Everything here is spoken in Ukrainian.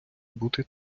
бути